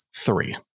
Three